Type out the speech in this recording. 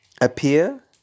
appear